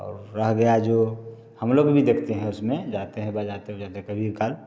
और रह गया जो हम लोग भी देखते हैं उसमें जाते हैं बजाते उजाते हैं कभी काल